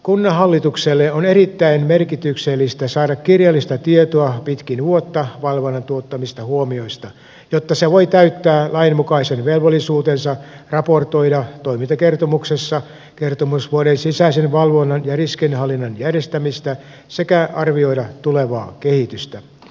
kunnanhallitukselle on erittäin merkityksellistä saada kirjallista tietoa pitkin vuotta valvonnan tuottamista huomioista jotta se voi täyttää lainmukaisen velvollisuutensa raportoida toimintakertomuksessa kertomusvuoden sisäisen valvonnan ja riskienhallinnan järjestämistä sekä arvioida tulevaa kehitystä